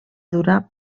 durar